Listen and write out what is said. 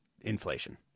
inflation